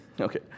Okay